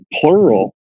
plural